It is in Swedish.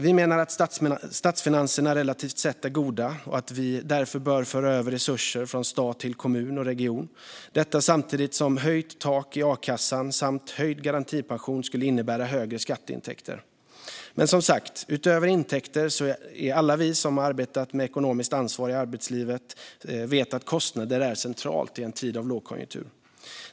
Vi menar att statsfinanserna relativt sett är goda och att vi därför bör föra över resurser från stat till kommun och region, detta samtidigt som höjt tak i a-kassan och höjd garantipension skulle innebära högre skatteintäkter. Men som sagt: Utöver intäkter vet alla vi som arbetat med ekonomiskt ansvar i arbetslivet att kostnader är centralt i en tid av lågkonjunktur.